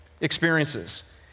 experiences